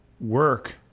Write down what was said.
work